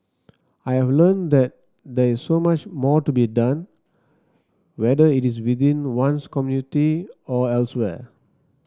I have learnt that there is so much more to be done whether it is within one's community or elsewhere